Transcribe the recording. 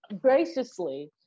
graciously